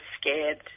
scared